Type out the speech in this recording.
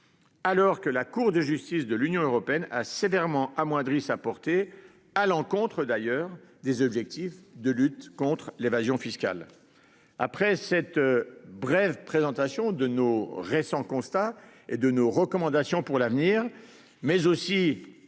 Alors que la Cour de justice de l'Union européenne a sévèrement amoindri sa portée à l'encontre d'ailleurs des objectifs de lutte contre l'évasion fiscale. Après cette brève présentation de nos récents constats et de nos recommandations pour l'avenir mais aussi